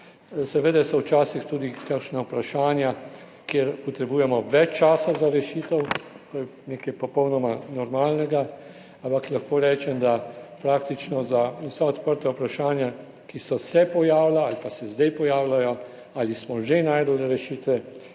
Seveda so včasih tudi kakšna vprašanja, kjer potrebujemo več časa za rešitev, to je nekaj popolnoma normalnega, ampak lahko rečem, da praktično za vsa odprta vprašanja, ki so se pojavila ali pa se zdaj pojavljajo, ali smo že našli rešitve